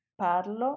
parlo